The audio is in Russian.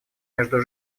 между